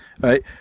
right